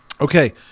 Okay